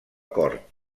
cort